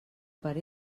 per